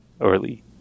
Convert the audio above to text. early